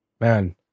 Man